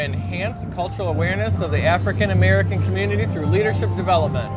enhance the cultural awareness of the african american community through leadership development